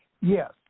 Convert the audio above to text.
Yes